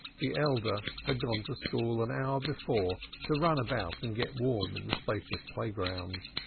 the elder had gone to school an hour before to run about and get warm in the spacious playgrounds.